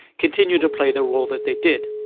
continue to play the role that they did?